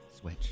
Switch